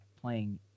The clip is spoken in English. playing